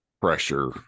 pressure